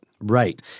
Right